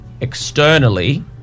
externally